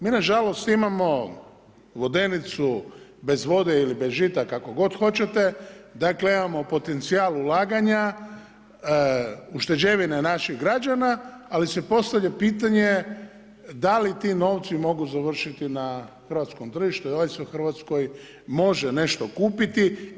Mi nažalost imamo vodenicu bez vode ili bez žita kako god hoćete, dakle imao potencijal ulaganja, ušteđevine naših građana ali se postavlja pitanje da li ti novci mogu završiti na hrvatskom tržištu i ... u Hrvatskoj može nešto kupiti.